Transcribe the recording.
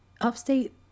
upstate